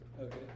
Okay